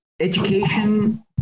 education